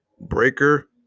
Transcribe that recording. Breaker